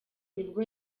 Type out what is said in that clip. nibwo